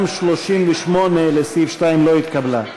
גם 38 לסעיף 2 לא התקבלה.